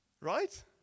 Right